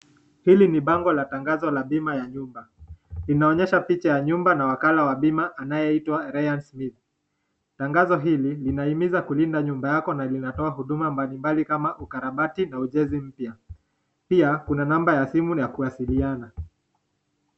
Hili ni bango la tangazo ya bima ya nyumba, linaonyesha picha ya nyumba na wakala wa jumba anayeitwa Ryan Smith, tangazo hili linahimiza kulinda nyumba yako na linatoaa huduma mbalimbali kama ukarabati na ujenzi mpya, pia kuna namba ya simu ya kuwasiliana.